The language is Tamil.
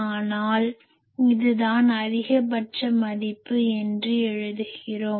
ஆனால் இதுதான் அதிகபட்ச மதிப்பு என்று எழுதுகிறோம்